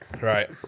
Right